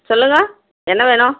சொல்லுங்க என்ன வேணும்